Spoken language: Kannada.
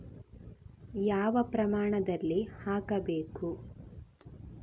ಯಾವ ಪ್ರಮಾಣದಲ್ಲಿ ಹಾಕಬೇಕು?